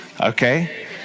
okay